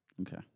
Okay